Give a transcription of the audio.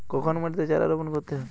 কখন মাটিতে চারা রোপণ করতে হয়?